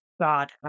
God